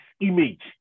image